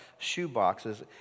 shoeboxes